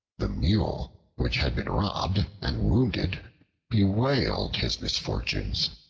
the mule which had been robbed and wounded bewailed his misfortunes.